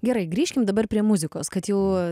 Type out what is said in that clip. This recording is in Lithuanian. gerai grįžkim dabar prie muzikos kad jau